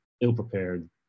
ill-prepared